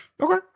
Okay